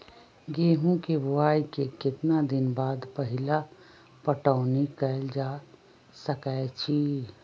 गेंहू के बोआई के केतना दिन बाद पहिला पटौनी कैल जा सकैछि?